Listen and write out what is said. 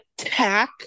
attack